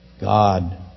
God